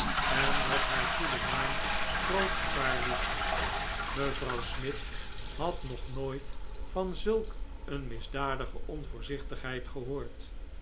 en dat haar goede naam groot gevaar hep mevrouw smith had nog nooit van zulk een misdadige onvoorzichtigheid gehoord